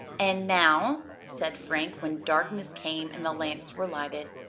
and now, said frank when darkness came and the lamps were lighted,